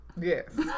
Yes